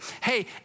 hey